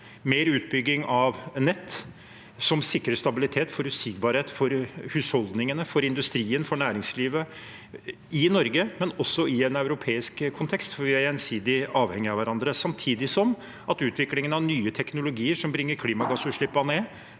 mer utbygging av nett som sikrer stabilitet og forutsigbarhet for husholdningene, for industrien og for næringslivet i Norge – men også i en europeisk kontekst, for vi er gjensidig avhengig av hverandre. Samtidig går utviklingen av nye teknologier som bringer klimagassutslippene ned,